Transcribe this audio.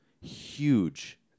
Huge